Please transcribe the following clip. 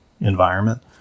environment